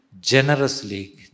generously